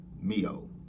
Mio